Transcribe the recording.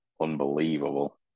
unbelievable